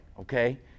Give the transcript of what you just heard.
okay